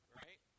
right